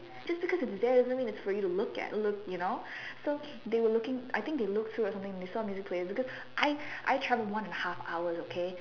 just because it's there it doesn't mean it's for you to look at look you know so they were looking I think they look through or something they saw the music player because I I travel one and half hours okay